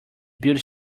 build